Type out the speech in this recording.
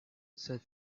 said